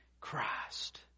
Christ